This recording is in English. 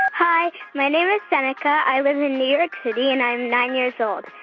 hi. my name is seneca. i live in new york city, and i'm nine years old.